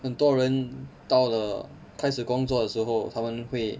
很多人到了开始工作的时候他们会